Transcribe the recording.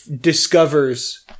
discovers